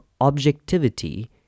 objectivity